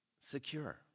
secure